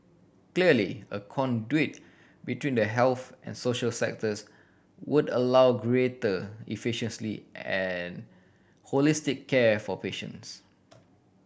clearly a conduit between the health and social sectors would allow greater and holistic care for patients